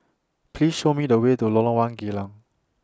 Please Show Me The Way to Lorong one Geylang